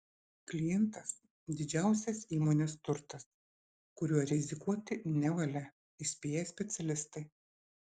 klientas didžiausias įmonės turtas kuriuo rizikuoti nevalia įspėja specialistai